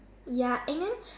ya and then